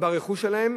ברכוש שלהם,